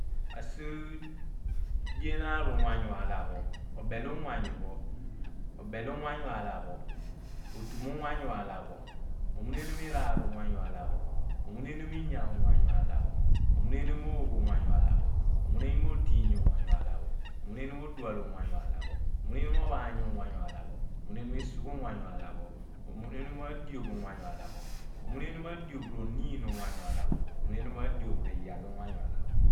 asideen a ruwayuu alha pho obel uwayu alah pho, otoom uwayau alapho, omunemum iraar uwayo alah pho omunie nom inyaar uwanyu alaph omuniinum oogh uwanyu alha pho omunimom, odiiny uwayu alah pho omunium odual uwayu alah pho omune nuom omuninum odual uwanghu alah pho omuninium a diop uwayu alah pho omuniniom a diop roniin uwayow alha pho omunemum a diop riyaal uwangu alha pho